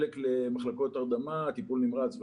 חלק למחלקות הרדמה, טיפול נמרץ וכולי.